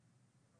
שלום לכולם.